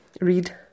read